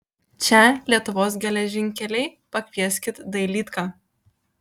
čia lietuvos geležinkeliai pakvieskit dailydką